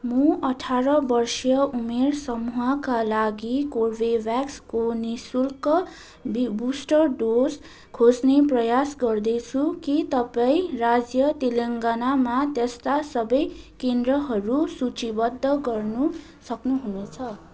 म अठार वर्षीय उमेर समूहका लागि कर्बेभ्याक्सको नि शुल्क बुस्टर डोज खोज्ने प्रयास गर्दैछु के तपाईँँ राज्य तेलङ्गानामा त्यस्ता सबै केन्द्रहरू सूचीबद्ध गर्न सक्नु हुनेछ